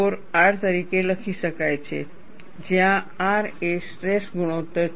4 R તરીકે લખી શકાય છે જ્યાં R એ સ્ટ્રેસ ગુણોત્તર છે